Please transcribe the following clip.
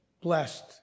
blessed